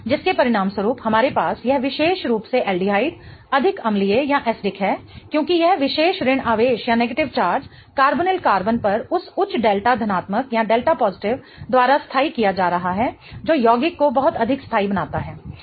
जिसके परिणामस्वरूप हमारे पास यह विशेष रूप से एल्डिहाइड अधिक अम्लीय है क्योंकि यह विशेष ऋण आवेश कार्बोनल कार्बन पर उस उच्च डेल्टा धनात्मक द्वारा स्थाई किया जा रहा है जो यौगिक को बहुत अधिक स्थाई बनाता है